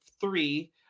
three